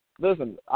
Listen